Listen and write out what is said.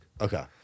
Okay